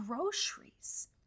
groceries